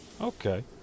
Okay